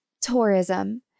tourism